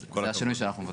אז זה השינוי שאנחנו מבקשים.